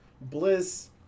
Bliss